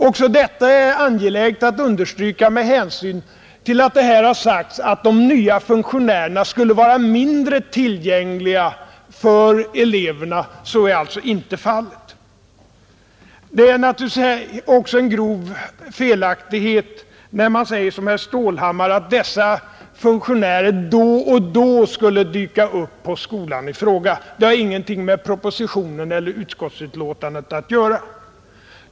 Också detta är angeläget att understryka med hänsyn till att det här har sagts att de nya funktionärerna skulle vara mindre tillgängliga för eleverna; så är inte fallet. Det är vidare en grov felaktighet när man säger som herr Stålhammar, att dessa funktionärer då och då skulle dyka upp på skolan i fråga. Det har ingenting med propositionen eller utskottsbetänkandet att göra.